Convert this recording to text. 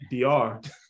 DR